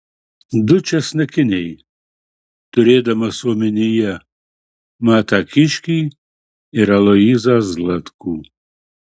du česnakiniai turėdamas omenyje matą kiškį ir aloyzą zlatkų